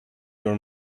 your